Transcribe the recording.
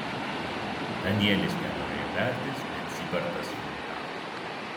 danielis nenorėjo veltis bet zybartas maldavo